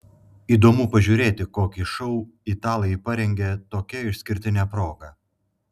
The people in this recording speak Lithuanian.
įdomu pažiūrėti kokį šou italai parengė tokia išskirtine proga